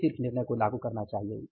तभी सिर्फ निर्णय को लागू करना चाहिए